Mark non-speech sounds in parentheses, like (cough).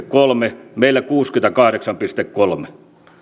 (unintelligible) kolme meillä kuusikymmentäkahdeksan pilkku kolme